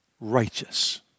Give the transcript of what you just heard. righteous